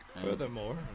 Furthermore